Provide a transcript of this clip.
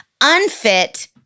unfit